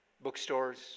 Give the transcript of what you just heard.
bookstores